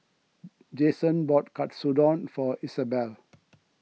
Jaxon bought Katsudon for Izabelle